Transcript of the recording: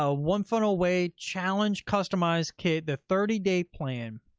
ah one funnel away challenge customized kit, the thirty day plan,